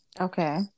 Okay